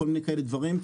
כל מיני כאלה דברים,